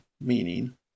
meaning